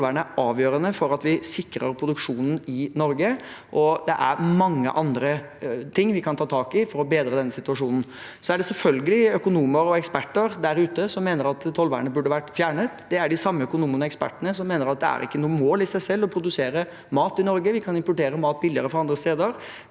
Tollvernet er avgjørende for at vi sikrer produksjonen i Norge. Det er mange andre ting vi kan ta tak i for å bedre denne situasjonen. Det er selvfølgelig økonomer og eksperter der ute som mener at tollvernet burde vært fjernet. Det er de samme økonomene og ekspertene som mener det ikke er noe mål i seg selv å produsere mat i Norge, at vi kan importere mat billigere fra andre steder.